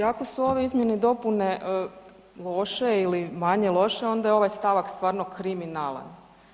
Znači ako su ove izmjene i dopune loše ili manje loše, onda je ovaj stavak stvarno kriminalan.